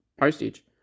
postage